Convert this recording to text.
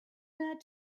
that